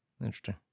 interesting